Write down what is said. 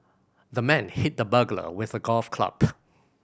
the man hit the burglar with a golf club